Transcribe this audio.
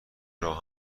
راه